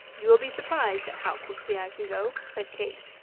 you will be surprised at how quickly i can go, said kate.